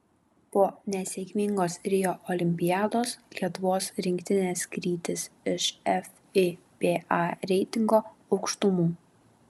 po nesėkmingos rio olimpiados lietuvos rinktinės krytis iš fiba reitingo aukštumų